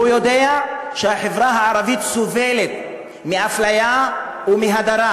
הוא יודע שהחברה הערבית סובלת מאפליה ומהדרה,